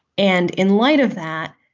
and in light of that,